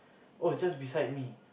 oh just beside me